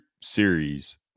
series